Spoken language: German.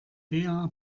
bea